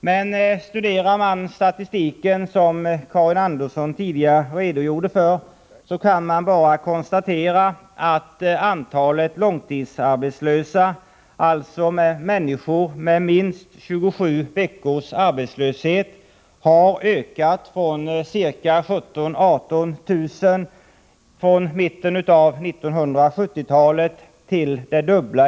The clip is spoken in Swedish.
Men om man studerar statistiken, som Karin Andersson tidigare redogjorde för, kan man bara konstatera att antalet långtidsarbetslösa, dvs. människor som har varit arbetslösa minst 27 veckor, sedan mitten av 1970-talet har ökat från 17 000-18 000 till det dubbla.